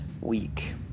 week